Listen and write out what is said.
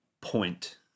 point